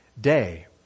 day